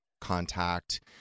contact